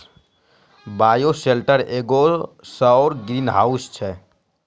bioshelter एगो सौर greenhouse छै